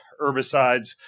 herbicides